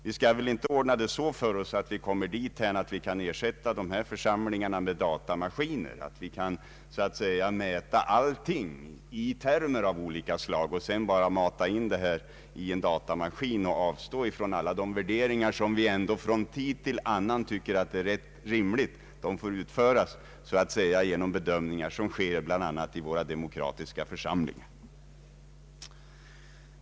Vi skall inte ordna det så för oss att vi kan ersätta de beslutande församlingarna med datamaskiner. Vi kan inte mäta allt i termer av olika slag och sedan bara mata in materialet i en datamaskin och avstå från de värderingar som ändå — vilket vi finner rimligt — från tid till annan uppställs av våra demokratiska församlingar.